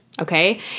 okay